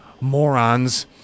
Morons